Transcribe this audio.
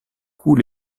coups